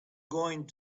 going